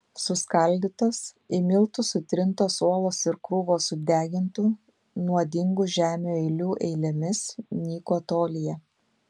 suskaldytos į miltus sutrintos uolos ir krūvos sudegintų nuodingų žemių eilių eilėmis nyko tolyje